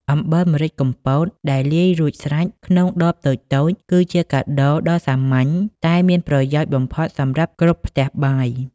អំបិលម្រេចកំពតដែលលាយរួចស្រេចក្នុងដបតូចៗ គឺជាកាដូដ៏សាមញ្ញតែមានប្រយោជន៍បំផុតសម្រាប់គ្រប់ផ្ទះបាយ។